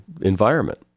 environment